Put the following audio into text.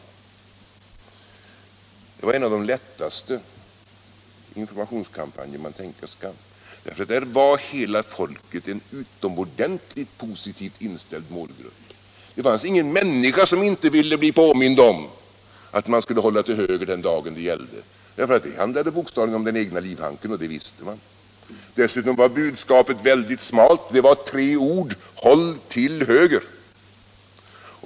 Men det var en av de lättaste informationskampanjer man kan tänka sig. Där var hela folket en utomordentligt positivt inställd målgrupp. Det fanns ingen människa som inte ville bli påmind om att hålla till höger den dagen det gällde. Det handlade bokstavligen om den egna livhanken, och det visste man. Dessutom var budskapet mycket smalt, tre ord: håll till höger!